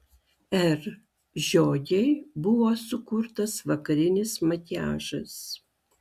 r žiogei buvo sukurtas vakarinis makiažas